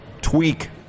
tweak